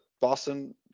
Boston